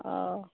ᱚᱻ